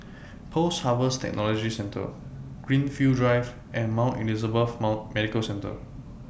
Post Harvest Technology Centre Greenfield Drive and Mount Elizabeth Medical Centre